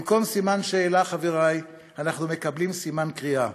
במקום סימן שאלה, חברי, אנחנו מקבלים סימן קריאה,